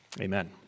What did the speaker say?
Amen